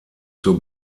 zur